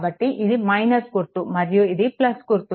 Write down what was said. కాబట్టి ఇది - గుర్తు మరియు ఇది గుర్తు